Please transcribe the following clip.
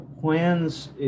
plans